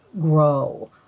grow